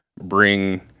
bring